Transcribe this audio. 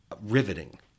riveting